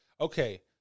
okay